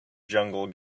jungle